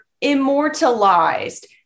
immortalized